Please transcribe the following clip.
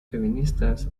feministas